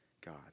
God